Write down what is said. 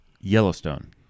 Yellowstone